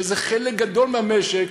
שהם חלק גדול מהמשק,